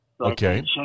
Okay